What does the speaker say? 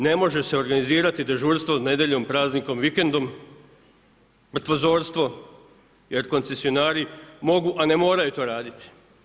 Ne može se organizirati dežurstvo nedjeljom, praznikom i vikendom, mrtvozorstvo, jer koncesionari mogu a i ne moraju to raditi.